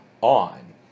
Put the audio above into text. on